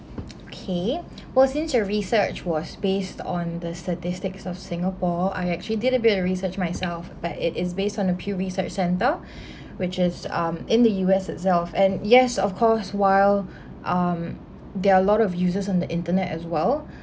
okay was since your research was based on the statistics of singapore I actually did a bit of research myself but it is based on a pew research centre which is um in the U_S itself and yes of course while um there are a lot of users on the internet as well